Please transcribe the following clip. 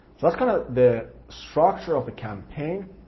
so that's kind of the structure of the campaign,